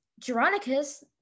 Geronicus